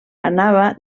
anava